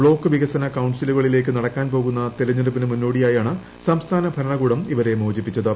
block വികസന കൌൺസിലുകളിലേക്ക് നടക്കാൻ പോകുന്ന തിരഞ്ഞെടുപ്പിന് മുന്നോടിയായാണ് സംസ്ഥാന ഭരണകൂടം ഇവരെ മോചിപ്പിച്ചത്